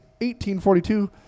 1842